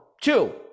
Two